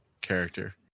character